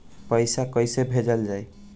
पैसा कैसे भेजल जाइ?